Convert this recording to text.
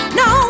no